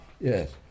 yes